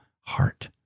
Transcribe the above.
heart